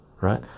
right